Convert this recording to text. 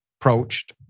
approached